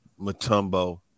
Matumbo